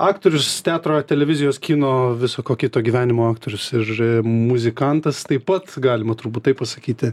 aktorius teatro televizijos kino viso ko kito gyvenimo aktorius ir muzikantas taip pat galima turbūt taip pasakyti